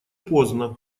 поздно